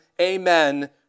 amen